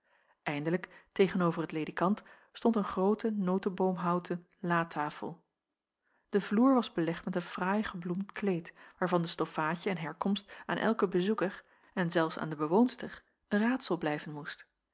eindelijk tegen-over het ledikant stond een groote noteboomhouten latafel de vloer was belegd met een fraai gebloemd kleed waarvan de stoffaadje en herkomst aan elken bezoeker en zelfs aan de bewoonster een raadsel blijven moest